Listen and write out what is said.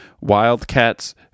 Wildcats